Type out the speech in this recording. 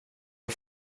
jag